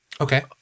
Okay